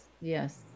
yes